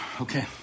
Okay